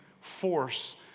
force